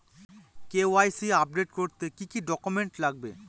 KYC update করতে কি কি ডকুমেন্টস লাগবে?